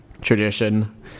tradition